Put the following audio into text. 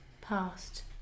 Past